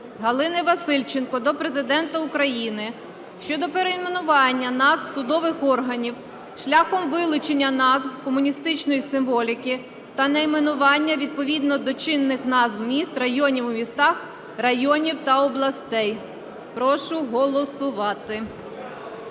Галини Васильченко до Президента України щодо перейменування назв судових органів шляхом вилучення назв комуністичної символіки та найменування відповідно до чинних назв міст, районів у містах, районів та областей. Прошу голосувати.